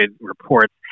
reports